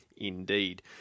Indeed